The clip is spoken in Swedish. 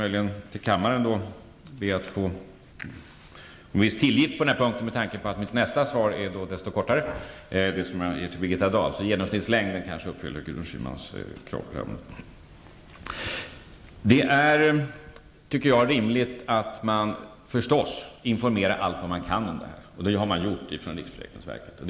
Jag ber kammaren om en viss tillgift på den punkten, med tanke på att mitt nästa svar, till Birgitta Dahl, är desto kortare och att genomsnittslängden därför kanske uppfyller Det är naturligtvis rimligt att man informerar allt vad man kan om det här, och det har riksförsäkringsverket gjort.